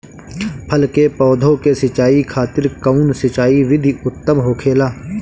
फल के पौधो के सिंचाई खातिर कउन सिंचाई विधि उत्तम होखेला?